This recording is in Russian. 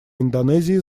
индонезии